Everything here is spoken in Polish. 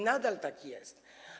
Nadal tak jest.